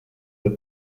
the